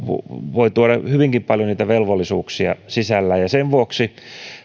voi tuoda hyvinkin paljon velvollisuuksia mukanaan ja sen vuoksi